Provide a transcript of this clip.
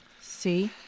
See